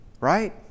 Right